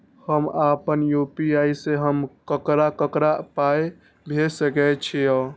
हम आपन यू.पी.आई से हम ककरा ककरा पाय भेज सकै छीयै?